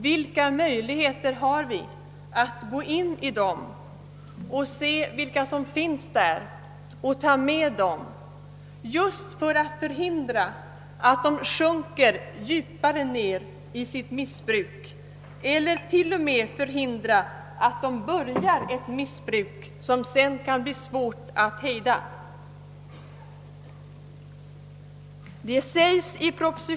Vilka möjligheter har vi att gå in i dem och se vilka som finns där och ta med dem just för att förhindra att de sjunker djupare ned i sitt missbruk eller till och med förhindra att de börjar ett missbruk som sedan kan bli svårt att hejda?